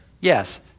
Yes